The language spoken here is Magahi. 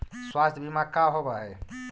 स्वास्थ्य बीमा का होव हइ?